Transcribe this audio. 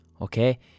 okay